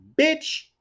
Bitch